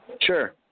Sure